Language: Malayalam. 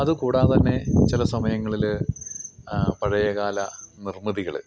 അതുകൂടാതെതന്നെ ചില സമയങ്ങളിൽ പഴയകാല നിർമ്മിതികൾ